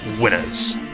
winners